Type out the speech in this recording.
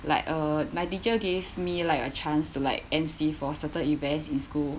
like uh my teacher gave me like a chance to like M_C for certain events in school